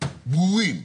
ברורים,